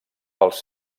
pels